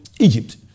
Egypt